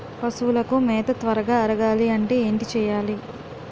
పశువులకు మేత త్వరగా అరగాలి అంటే ఏంటి చేయాలి?